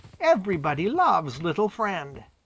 everybody loves little friend.